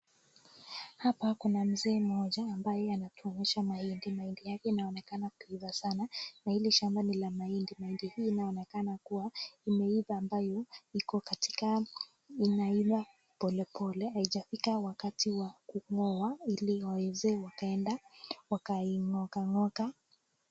Hapa kuna mzee mmoja ambaye anatuonesha mahindi, mahindi yake inaonekana kuiva sana na hili shamba ni ya mahindi, mahindi hii inaonekana kuwa imeiva ambayo iko katika inaiva polepole, haijafika wakati wa kung'oa ili waeze wakaenda wakang'oka...